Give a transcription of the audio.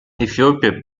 эфиопия